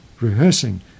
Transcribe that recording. rehearsing